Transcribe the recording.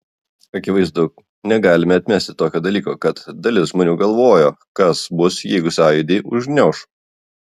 akivaizdu negalime atmesti tokio dalyko kad dalis žmonių galvojo kas bus jeigu sąjūdį užgniauš